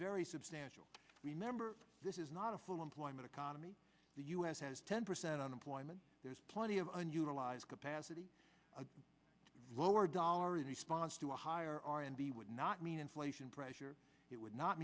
very substantial remember this is not a full employment economy the us has ten percent unemployment there's plenty of unutilized capacity to lower dollar in response to a higher r and b would not mean inflation pressure it would not